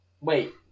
Wait